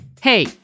Hey